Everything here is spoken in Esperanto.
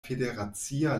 federacia